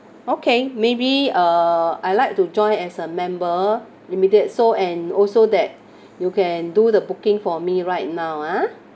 okay maybe uh I like to join as a member immediate so and also that you can do the booking for me right now ah